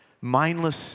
mindless